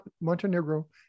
Montenegro